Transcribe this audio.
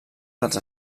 dels